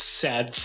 sad